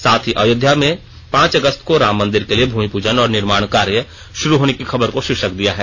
साथ ही अयोध्या में पांच अगस्त को राम मंदिर के लिए भूमि पूजन और निर्माण कार्य शुरू होने की खबर को शीर्षक दिया है